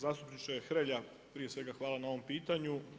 Zastupniče Hrelja, prije svega hvala na ovom pitanju.